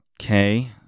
Okay